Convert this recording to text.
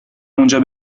اونجا